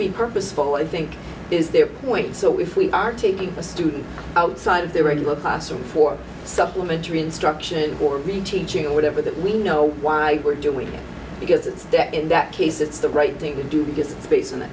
be purposeful i think is their point so if we are taking a student outside of their regular classroom for supplementary instruction or the teaching or whatever that we know why we're doing it because it's debt in that case it's the right thing to do to get space in